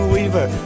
Weaver